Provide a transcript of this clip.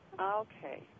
Okay